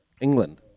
England